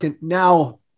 now